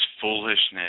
foolishness